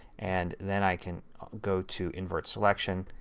and then i can go to invert selection,